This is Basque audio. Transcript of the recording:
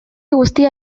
guztia